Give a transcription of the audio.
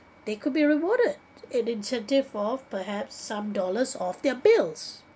they could be rewarded an incentive for perhaps some dollars off their bills